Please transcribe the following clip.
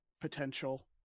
potential